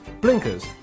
blinkers